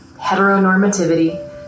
heteronormativity